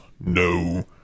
no